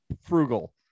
frugal